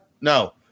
no